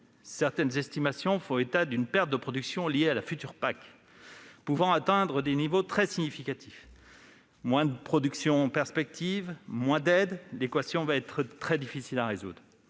Certaines estimations font état d'une perte de production liée à la future PAC pouvant atteindre des niveaux très significatifs. Moins de production en perspective et moins d'aides : l'équation sera très difficile à résoudre